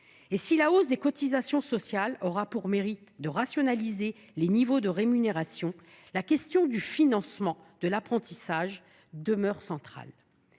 Et si la hausse prévue des cotisations sociales a pour mérite de rationaliser les niveaux de rémunération, la question du financement de l’apprentissage demeure centrale.